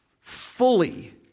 fully